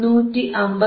159